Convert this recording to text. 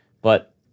but-